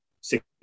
six